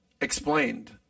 explained